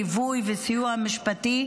ליווי וסיוע משפטי,